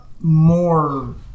more